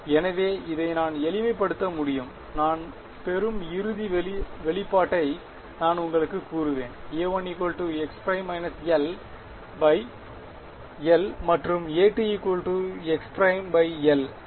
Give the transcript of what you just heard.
எனவே இதை நான் எளிமைப்படுத்த முடியும் நான் பெறும் இறுதி வெளிப்பாட்டை நான் உங்களுக்கு கூறுவேன்A1 x ′ l l மற்றும் A2 x ′ l சரி